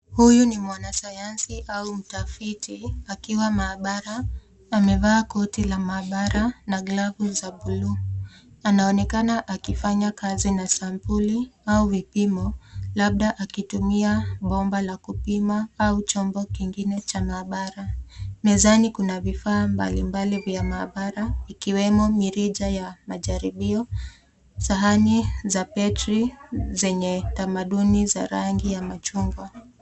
Huyu ni mwanasayansi au mtafiti akiwa maabara, amevaa koti la maabara na glavu za blue , anaonekana akifanya kazi na sampuli au vipimo labda akitumia bomba la kupima au chombo kingine cha maabara. Mezani kuna vifaa mbalimbali vya maabara ikiwemo mirija ya majaribio, sahani za petri zenye tamaduni za rangi ya chungwa.